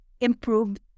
improved